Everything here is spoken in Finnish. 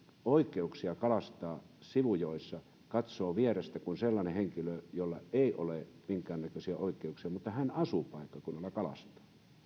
oikeuksia kalastaa sivujoissa katsoo vierestä kun sellainen henkilö jolla ei ole minkäännäköisiä oikeuksia mutta joka asuu paikkakunnalla ja kalastaa